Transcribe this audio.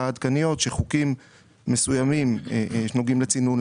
העדכניות - שחוקים מסוימים שנוגעים לצינון,